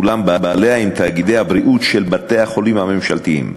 אולם בעליה הם תאגידי הבריאות של בתי-החולים הממשלתיים.